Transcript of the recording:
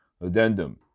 Addendum